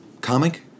Comic